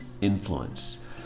influence